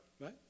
Right